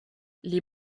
les